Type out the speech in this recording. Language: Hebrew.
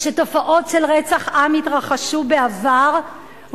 שתופעות של רצח עם התרחשו בעבר,